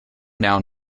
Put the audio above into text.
noun